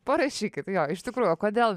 parašykit jo iš tikrųjų o kodėl